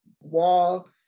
wall